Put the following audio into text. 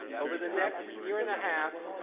over the next year and a half,